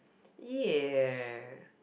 ya